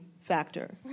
factor